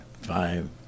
five